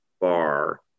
bar